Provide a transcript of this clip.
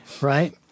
right